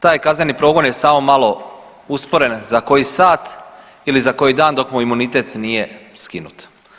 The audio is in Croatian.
Taj kazneni progon je samo malo usporen za koji sat ili za koji dan dok mu imunitet nije skinut.